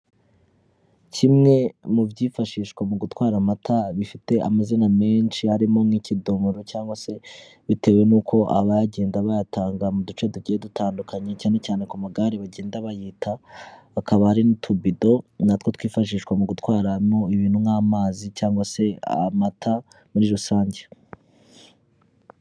Kimwe mu byifashishwa mu gutwara amata bifite amazina menshi arimo nk'ikidomoro cyangwa se bitewe n'uko abayagenda bayatanga mu duce dugiye dutandukanye, cyane cyane ku magare bagenda bayita, bakaba hari n'utubido natwo twifashishwa mu gutwaramo ibintu nk'amazi cyangwa se amata muri rusange.